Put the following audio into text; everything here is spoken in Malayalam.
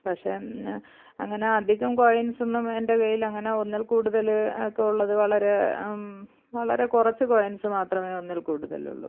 പക്ഷെ അങ്ങനെയധികം കോയിന്സ്സൊന്നും എന്റെ കൈയിൽ അങ്ങനെ ഒന്നില് കൂടുതൽ ഒക്കെയുള്ളത് വളരെ വളരെ കുറച്ച് കോയിന്സ് മാത്രമേ ഒന്നില് കൂടുതലുള്ളു